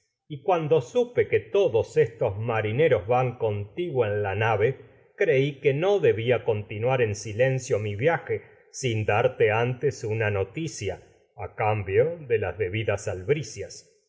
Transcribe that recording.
y en cuando supe que todos marineros contigo la nave creí que no debía continuar en silencio mi viaje sin darte antes una noticia sepas a cambio de las debidas albricias